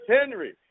Henry